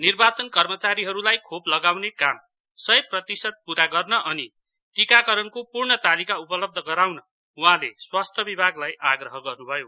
निर्वाचन कर्मचारीहरूलाई खोप लगाउने काम सय प्रतिशत पूरा गर्न अनि टीकाकरणको पूर्ण तालिका उपलब्ध गराउन उहाँले स्वास्थ्य विभागलाई आग्रह गर्नु भयो